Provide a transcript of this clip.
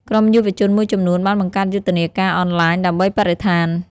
ក្រុមយុវជនមួយចំនួនបានបង្កើតយុទ្ធនាការអនឡាញដើម្បីបរិស្ថាន។